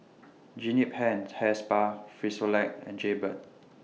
Jean Yip Hair Hair Spa Frisolac and Jaybird